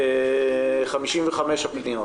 שאר 455 הפניות?